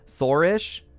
Thorish